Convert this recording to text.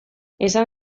esan